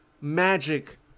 magic